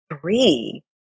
three